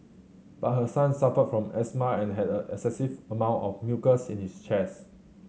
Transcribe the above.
but her son suffered from asthma and had an excessive amount of mucus in his chest